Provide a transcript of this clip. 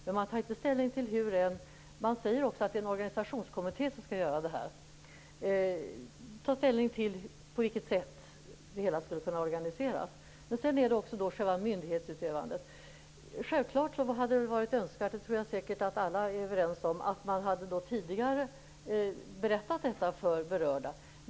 Men man tar inte ställning till hur. Man säger också att det är en organisationskommitté som skall ta ställning till på vilket sätt det hela skulle kunna organiseras. Sedan är det själva myndighetsutövandet. Självklart hade det varit önskvärt, det tror jag säkert att alla är överens om, att man hade berättat detta för de berörda tidigare.